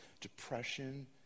depression